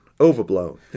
overblown